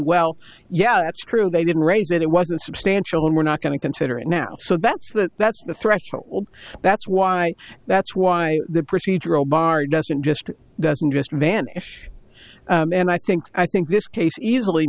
well yeah that's true they didn't raise it it wasn't substantial and we're not going to consider it now so that's what that's the threshold that's why that's why the procedural bar doesn't just doesn't just vanish and i think i think this case easily